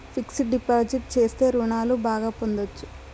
fixed deposit చేస్తే రుణాలు బాగా పొందొచ్చు